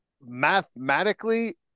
mathematically